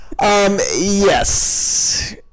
Yes